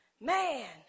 man